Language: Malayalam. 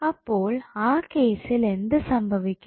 അപ്പോൾ ആ കേസിൽ എന്ത് സംഭവിക്കും